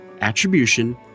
Attribution